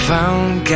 found